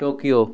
Tokyo